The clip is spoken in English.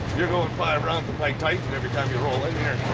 you're going five rounds with mike tyson every time you roll in here.